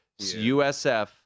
USF